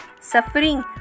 suffering